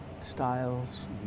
styles